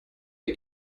der